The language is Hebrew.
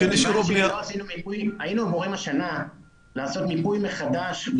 היינו אמורים השנה לעשות מיפוי מחדש.